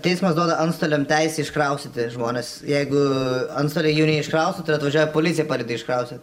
teismas duoda antstoliam teisę iškraustyti žmones jeigu antstoliai jų neiškraustytų atvažiuoja policija padeda iškrauti